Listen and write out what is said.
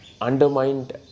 undermined